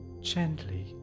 Gently